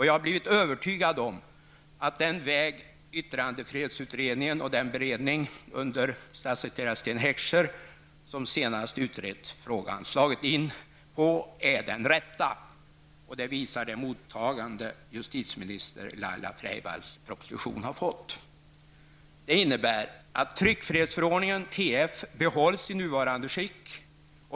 Jag har blivit övertygad om att den väg yttrandefrihetsutredningen och beredningen under statssekreterare Sten Heckscher, som senast utrett frågan, slagit in på är den rätta. Det visar det mottagande justitieminister Laila Freivalds proposition har fått. Tryckfrihetsförordningen behålls i nuvarande skick.